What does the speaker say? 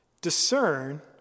Discern